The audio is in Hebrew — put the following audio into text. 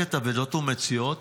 למחלקת אבדות ומציאות?"